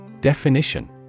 Definition